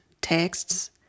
texts